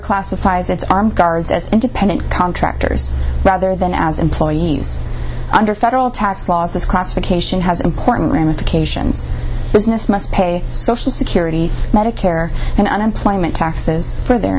classifies its armed guards as independent contractors rather than as employees under federal tax laws this classification has important ramifications business must pay social security medicare and unemployment taxes for their